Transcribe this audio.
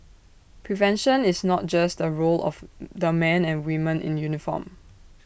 prevention is not just the role of the men and women in uniform